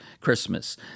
Christmas